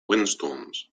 windstorms